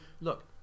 Look